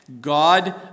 God